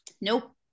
nope